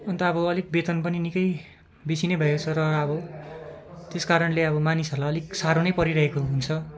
अन्त अब अलिक बेतन पनि निकै बेसी नै भएछ र अब त्यस कारणले अब मानिसहरूलाई अलिक साह्रो नै परिरहेको हुन्छ